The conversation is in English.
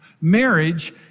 Marriage